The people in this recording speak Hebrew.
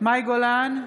מאי גולן,